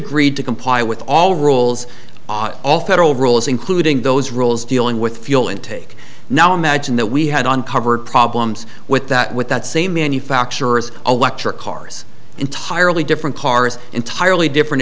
agreed to comply with all rules on all federal rules including those rules dealing with fuel intake now imagine that we had uncovered problems with that with that same manufacturers a lecture cars entirely different cars entirely different